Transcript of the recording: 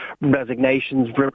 resignations